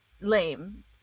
lame